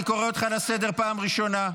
אני קורא אותך לסדר פעם ראשונה.